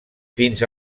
fins